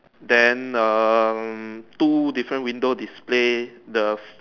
then um two different window display the